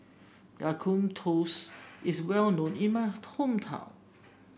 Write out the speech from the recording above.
Ya Kun toast is well known in my hometown